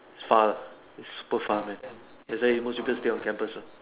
it's far lah it's super far man that's why most people stay on campus uh